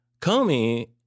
Comey